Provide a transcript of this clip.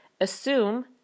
assume